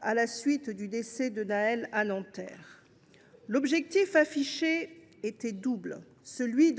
à la suite du décès de Nahel à Nanterre. L’objectif affiché était double :